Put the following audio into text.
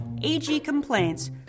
agcomplaints